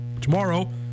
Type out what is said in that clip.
Tomorrow